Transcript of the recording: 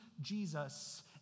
Jesus